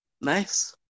Nice